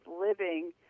living